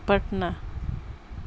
Patna